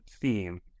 theme